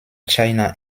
china